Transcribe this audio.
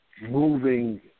moving